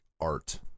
Art